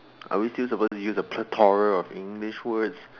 are we still supposed to use a plethora of English words